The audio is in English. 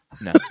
No